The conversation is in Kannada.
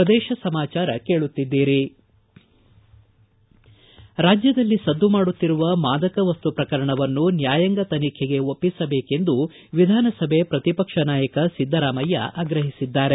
ಪ್ರದೇಶ ಸಮಾಚಾರ ಕೇಳುತ್ತಿದ್ದೀರಿ ರಾಜ್ಯದಲ್ಲಿ ಸದ್ದು ಮಾಡುತ್ತಿರುವ ಮಾದಕ ವಸ್ತು ಪ್ರಕರಣನ್ನು ನ್ಯಾಯಾಂಗ ತನಿಖೆಗೆ ಒಪ್ಪಿಸಬೇಕೆಂದು ವಿಧಾನಸಭೆ ಪ್ರತಿಪಕ್ಷ ನಾಯಕ ಸಿದ್ದರಾಮಯ್ತ ಆಗ್ರಹಿಸಿದ್ದಾರೆ